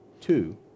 Two